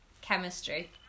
chemistry